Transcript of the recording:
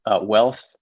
wealth